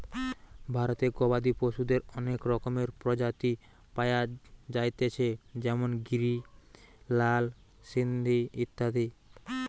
ভারতে গবাদি পশুদের অনেক রকমের প্রজাতি পায়া যাইতেছে যেমন গিরি, লাল সিন্ধি ইত্যাদি